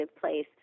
place